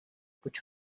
which